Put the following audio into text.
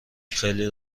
خیلی